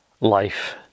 life